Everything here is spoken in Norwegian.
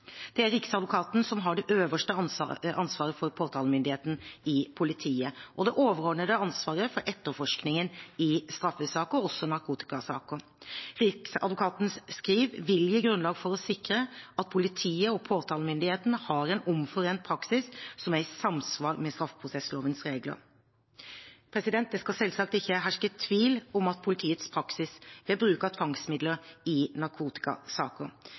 Det er Riksadvokaten som har det øverste ansvaret for påtalemyndigheten i politiet, og det overordnede ansvaret for etterforskningen i straffesaker – også narkotikasaker. Riksadvokatens skriv vil gi grunnlag for å sikre at politi og påtalemyndighet har en omforent praksis som er i samsvar med straffeprosesslovens regler. Det skal selvsagt ikke herske tvil om politiets praksis ved bruk av tvangsmidler i narkotikasaker.